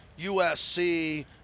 USC